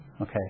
Okay